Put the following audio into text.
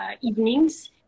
evenings